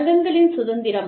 சங்கங்களின் சுதந்திரம்